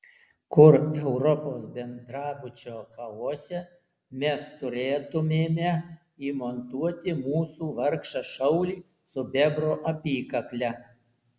kur europos bendrabučio chaose mes turėtumėme įmontuoti mūsų vargšą šaulį su bebro apykakle